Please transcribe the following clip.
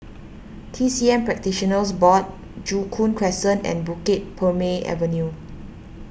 T C M Practitioners Board Joo Koon Crescent and Bukit Purmei Avenue